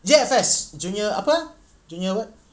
J_F_S junior apa junior what